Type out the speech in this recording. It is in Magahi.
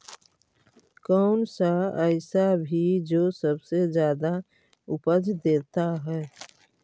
कौन सा ऐसा भी जो सबसे ज्यादा उपज देता है?